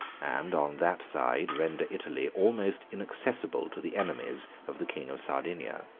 and on that side render italy almost inaccessible to the enemies of the king of sardinia.